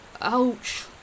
Ouch